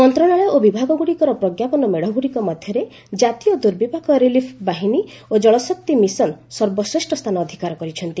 ମନ୍ତ୍ରଣାଳୟ ଓ ବିଭାଗଗୁଡ଼ିକର ପ୍ରଜ୍ଞାପନ ମେଢ଼ଗୁଡ଼ିକ ମଧ୍ୟରେ ଜାତୀୟ ଦୁର୍ବିପାକ ରିଲିଫ୍ ବାହିନୀ ଓ ଜଳଶକ୍ତି ମିଶନ ସର୍ବଶ୍ରେଷ ସ୍ଥାନ ଅଧିକାର କରିଛନ୍ତି